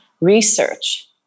research